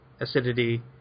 acidity